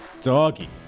doggy